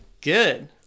good